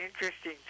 interesting